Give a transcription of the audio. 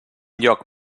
lloc